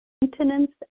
maintenance